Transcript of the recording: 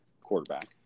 quarterback